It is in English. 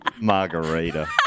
Margarita